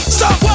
stop